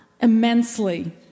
immensely